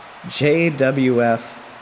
JWF